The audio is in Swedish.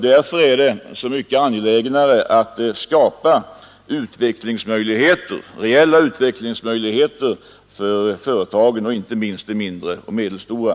Därför är det så mycket angelägnare att skapa reella utvecklingsmöjligheter för företagen, inte minst gäller detta de mindre och medelstora.